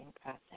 process